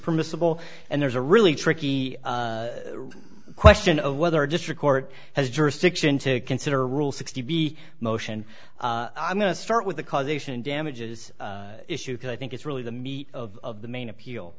permissible and there's a really tricky question of whether a district court has jurisdiction to consider rule sixty b motion i'm going to start with the causation damages issue because i think it's really the meat of the main appeal